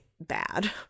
bad